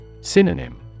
Synonym